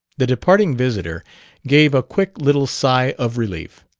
the departing visitor gave a quick little sigh of relief.